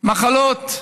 מחלות.